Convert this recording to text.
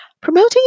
Promoting